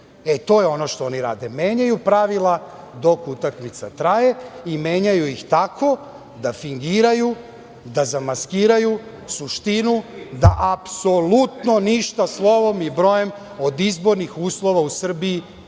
To je ono što oni rade. Menjaju pravila, dok utakmica traje, i menjaju ih tako da fingiraju, da zamaskiraju suštinu da apsolutno slovom i broje, od izbornih uslova u Srbiji nije